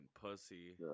pussy